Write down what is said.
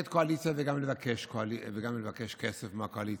קואליציה וגם לבקש כסף מהקואליציה?